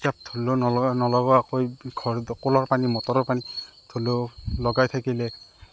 নলগোৱাকৈ ঘৰ কলৰ পানী মটৰৰ পানী ধৰি লওক লগাই থাকিলে